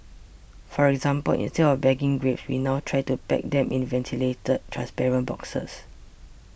for example instead of bagging grapes we now try to pack them in ventilated transparent boxes